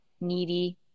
needy